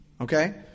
Okay